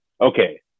Okay